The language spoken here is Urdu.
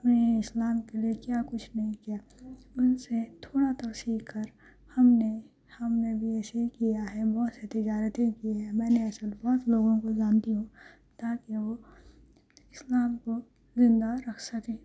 اپنے اسلام کے لیے کیا کچھ نہیں کیا ان سے تھوڑا تو سیکھ کر ہم نے ہم نے بھی ویسے ہی کیا ہے وہ تجارتیں کی ہیں میں نے ایسے بہت لوگوں کو جانتی ہوں تاکہ وہ اسلام کو زندہ رکھ سکیں